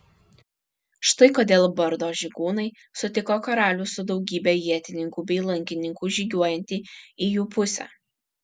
štai kodėl bardo žygūnai sutiko karalių su daugybe ietininkų bei lankininkų žygiuojantį į jų pusę